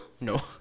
No